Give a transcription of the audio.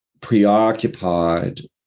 preoccupied